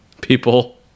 people